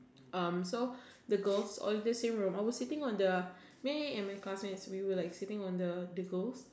so the girls all the same room I was sitting on the me and my classmates we were sitting on like the the girls